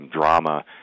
drama